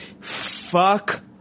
Fuck